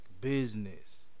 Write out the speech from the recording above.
business